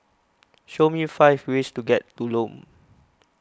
show me five ways to get to Lome